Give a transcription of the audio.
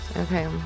Okay